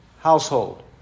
household